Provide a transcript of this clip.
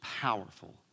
powerful